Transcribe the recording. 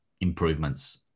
improvements